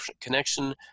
connection